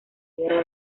guerra